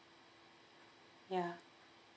ya